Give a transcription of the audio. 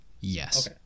Yes